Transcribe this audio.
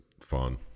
fun